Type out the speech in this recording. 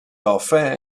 dauphin